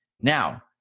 Now